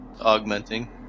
augmenting